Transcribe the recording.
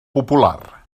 popular